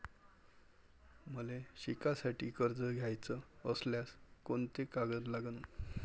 मले शिकासाठी कर्ज घ्याचं असल्यास कोंते कागद लागन?